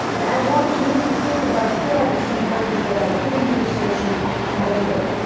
but i want you to think about who are the somebodies that are in your social network,